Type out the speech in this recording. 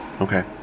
Okay